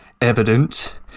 evident